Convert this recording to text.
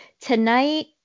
tonight